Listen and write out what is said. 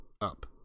Up